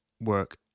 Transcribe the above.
work